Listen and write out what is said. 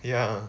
ya